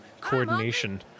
coordination